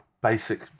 basic